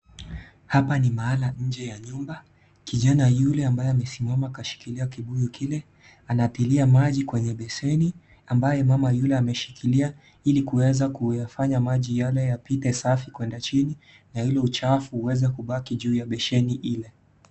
Hapa ni mahala inje ya nyumba, kijana yule ambaye kasimama kashikilia kibuyu kile, anatilia maji kwenye beseni ambaye mama yule ameshikilia, ili kuweza kuyafanya maji yale yapite safi kwenda chini, na ule uchafu uweze kubaki juu ya beseni ile.